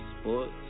sports